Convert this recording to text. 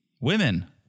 women